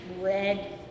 Red